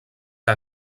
que